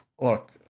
look